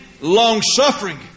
long-suffering